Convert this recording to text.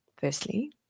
firstly